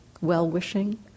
well-wishing